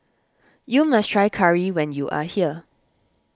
you must try Curry when you are here